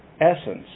essence